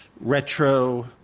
retro